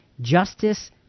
Justice